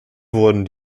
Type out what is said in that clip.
wurden